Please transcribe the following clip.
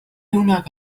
هناك